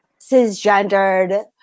cisgendered